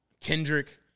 Kendrick